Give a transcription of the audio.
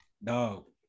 No